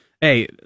hey